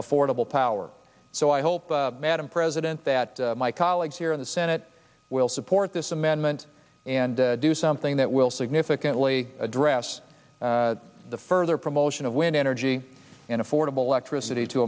affordable power so i hope madam president that my colleagues here in the senate will support this amendment and do something that will significantly address the further promotion of wind energy and affordable electricity to